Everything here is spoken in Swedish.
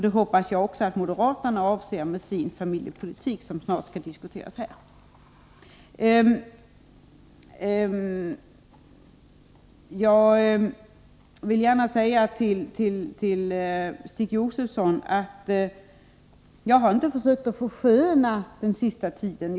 Det hoppas jag att också moderaterna avser med sin familjepolitik, som snart skall diskuteras här. Jag vill gärna säga till Stig Josefson att jag inte har försökt försköna den senaste tiden.